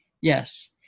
Yes